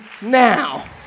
now